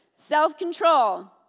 Self-control